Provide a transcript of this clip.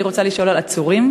אני רוצה לשאול על עצורים.